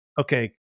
okay